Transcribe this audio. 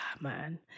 man